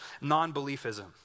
non-beliefism